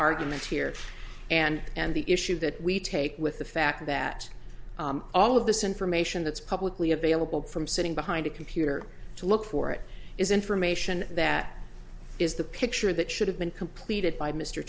argument here and and the issue that we take with the fact that all of this information that's publicly available from sitting behind a computer to look for it is information that is the picture that should have been completed by mr